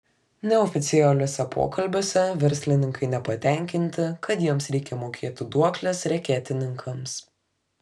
neoficialiuose pokalbiuose verslininkai nepatenkinti kad jiems reikia mokėti duokles reketininkams